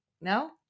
No